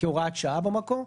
כהוראת שעה במקור,